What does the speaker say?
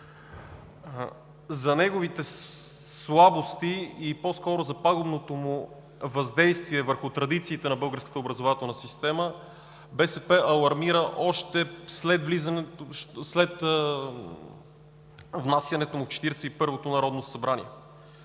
За неговите слабости и по-скоро за пагубното му въздествие върху традициите на българската образователна система БСП алармира още след внасянето му в Четиредесет